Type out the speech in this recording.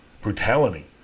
brutality